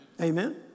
Amen